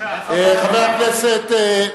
חבר הכנסת,